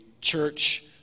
church